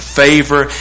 favor